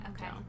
okay